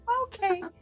Okay